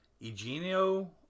Eugenio